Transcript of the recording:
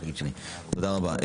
תודה רבה.